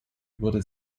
wurde